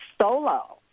solo